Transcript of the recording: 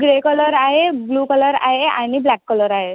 grey colour आहे blue colour आहे आणि ब्लॅक कलर आहे